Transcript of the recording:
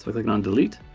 we're clicking on delete.